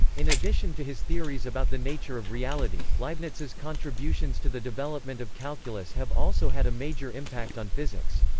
in addition to his theories about the nature of reality, leibniz's contributions to the development of calculus have also had a major impact on physics.